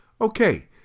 Okay